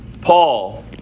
Paul